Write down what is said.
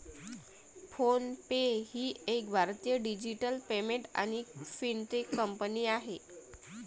phone पे ही एक भारतीय डिजिटल पेमेंट आणि फिनटेक कंपनी आहे